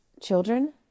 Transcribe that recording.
children